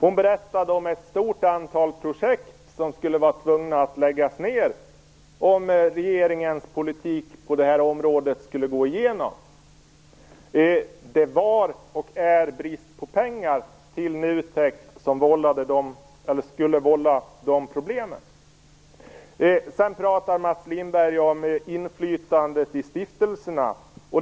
Hon berättade om ett stort antal projekt skulle tvingas att läggas ned om regeringens politik på det här området skulle gå igenom. Det var och är brist på pengar till NUTEK som skulle vålla de problemen. Mats Lindberg talar om inflytandet i stiftelserna.